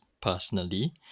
personally